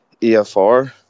EFR